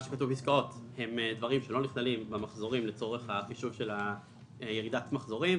"עסקאות" זה דברים שלא נכללים במחזורים לצורך חישוב ירידת המחזורים.